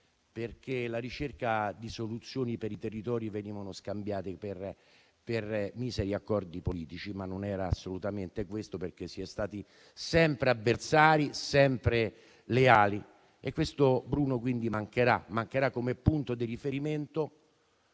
perché la ricerca di soluzioni per i territori veniva scambiata per miseri accordi politici, ma non era assolutamente così perché si è stati sempre avversari, sempre leali. Pertanto Bruno mancherà come punto di riferimento,